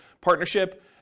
partnership